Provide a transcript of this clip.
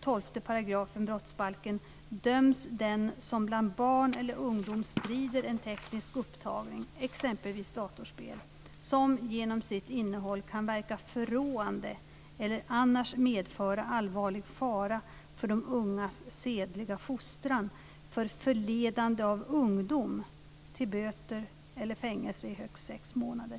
12 § brottsbalken döms den som bland barn eller ungdom sprider en teknisk upptagning, exempelvis datorspel, som genom sitt innehåll kan verka förråande eller annars medföra allvarlig fara för de ungas sedliga fostran för förledande av ungdom till böter eller fängelse i högst sex månader.